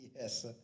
Yes